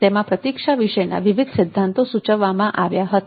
તેમાં પ્રતીક્ષા વિશેના વિવિધ સિદ્ધાંતો સૂચવવામાં આવ્યા હતા